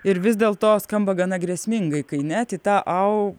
ir vis dėlto skamba gana grėsmingai kai net į tą au